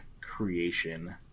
creation